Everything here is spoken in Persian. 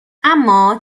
اما